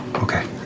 okay.